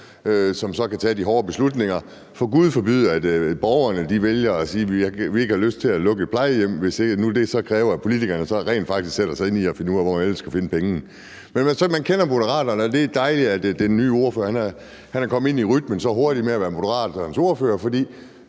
som så kan tage de hårde beslutninger. For gud forbyde, at borgerne vælger at sige, at de ikke har lyst til at lukke et plejehjem, hvis det nu så rent faktisk kræver, at politikerne skal sætte sig ind i at finde ud af, hvor man ellers skal finde pengene. Så kender man Moderaterne igen, og det er dejligt, at den nye ordfører så hurtigt er kommet ind i rytmen med at være Moderaternes ordfører. For